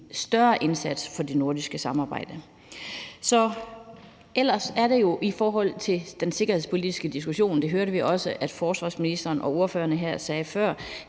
større indsats for det nordiske samarbejde. Ellers er det jo glædeligt i forhold til den sikkerhedspolitiske diskussion – det hørte vi også at forsvarsministeren og ordførerne sagde før